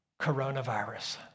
coronavirus